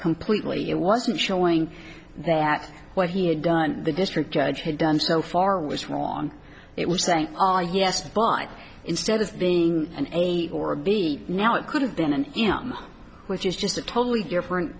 completely it wasn't showing that what he had done the district judge had done so far was wrong it was saying ah yes but instead of being an eight or b now it could have been an which is just a totally different